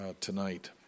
tonight